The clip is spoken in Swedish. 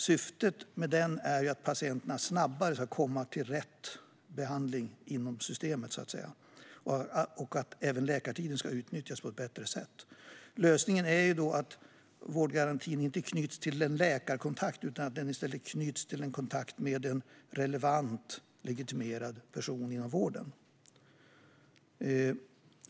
Syftet med den är att patienter snabbare ska komma till rätt behandling i systemet och att läkartiden ska utnyttjas på ett bättre sätt. Lösningen består i att vårdgarantin inte knyts till en läkarkontakt utan i stället till en kontakt med en relevant legitimerad person inom vården.